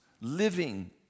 living